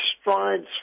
strides